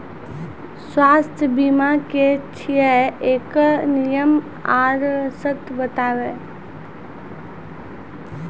स्वास्थ्य बीमा की छियै? एकरऽ नियम आर सर्त बताऊ?